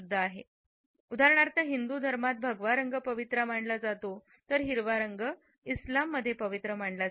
देखील असतात उदाहरणार्थ हिंदू धर्मात भगवा रंग पवित्र मानला जातो तर हिरवा रंग इस्लाम मध्ये पवित्र मानले